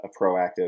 proactive